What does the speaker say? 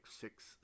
six